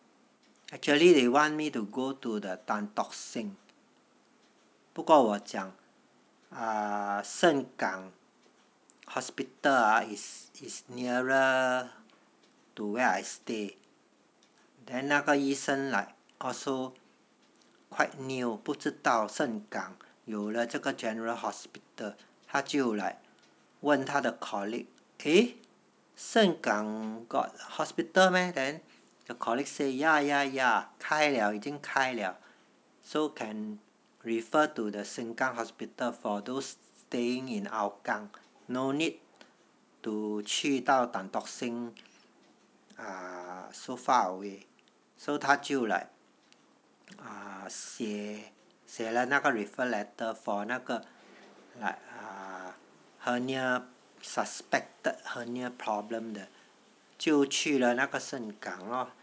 actually they want me to go to the tan tock seng 不过我讲 ah 盛港 hospital ah is is nearer to where I stay then 那个医生 like also quite new 不知道盛港有了这个 general hospital 他就 like 问他的 colleague eh 盛港 got hospital meh then the colleague say ya ya ya 开了已经开了 so can refer to the sengkang hospital for those staying in hougang no need to 去到 tan tock seng uh so far away so 他就 like uh 写写了那个 refer letter for 那个 hernia suspected hernia problem 的就去了那个盛港咯